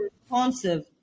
responsive